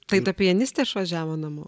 tai ta pianistė išvažiavo namo